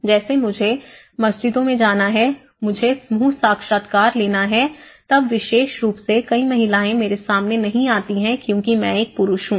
जैसे मुझे मस्जिदों में जाना है मुझे समूह साक्षात्कार लेना है तब विशेष रूप से कई महिलाएं मेरे सामने नहीं आती है क्योंकि मैं एक पुरुष हूं